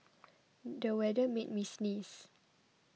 the weather made me sneeze